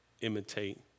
imitate